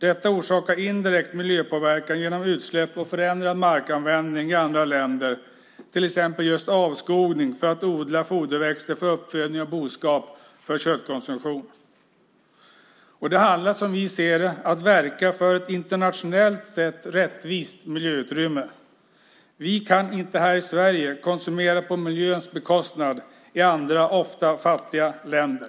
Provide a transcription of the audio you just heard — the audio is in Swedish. Detta orsakar indirekt miljöpåverkan genom utsläpp och förändrad markanvändning i andra länder, till exempel just avskogning för att odla foderväxter för uppfödning av boskap för köttkonsumtion. Det handlar, som vi ser det, om att verka för ett internationellt sett rättvist miljöutrymme. Vi kan inte här i Sverige konsumera på bekostnad av miljön i andra, ofta fattiga, länder.